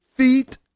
Feet